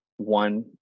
one